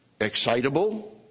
excitable